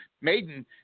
Maiden